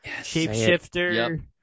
shapeshifter